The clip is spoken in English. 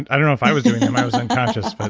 i don't know if i was doing them. i was unconscious. but